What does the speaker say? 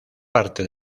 parte